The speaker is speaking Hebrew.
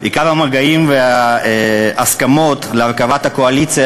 עיקר המגעים וההסכמות להרכבת הקואליציה